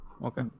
Okay